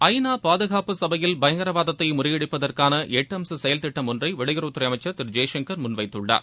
ஐ நா பாதுகாப்பு சபையில் பயங்கரவாதத்தை முறியடிப்பதற்கான எட்டு அம்ச செயல் திட்டம் ஒன்றை வெளியுறவுத்துறை அமைச்சர் திரு ஜெய்சங்கர் முன் வைத்துள்ளார்